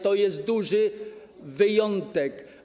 To jest duży wyjątek.